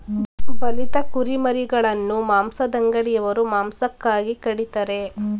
ಬಲಿತ ಕುರಿಮರಿಗಳನ್ನು ಮಾಂಸದಂಗಡಿಯವರು ಮಾಂಸಕ್ಕಾಗಿ ಕಡಿತರೆ